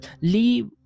leave